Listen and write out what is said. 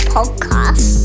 Podcast